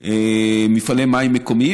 מפעלי מים מקומיים,